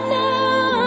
now